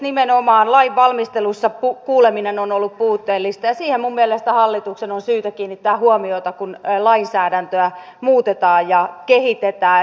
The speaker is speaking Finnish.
nimenomaan lain valmistelussa kuuleminen on ollut puutteellista ja siihen minun mielestäni hallituksen on syytä kiinnittää huomiota kun lainsäädäntöä muutetaan ja kehitetään